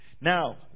Now